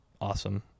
awesome